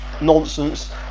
nonsense